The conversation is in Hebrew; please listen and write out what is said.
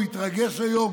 הוא התרגש היום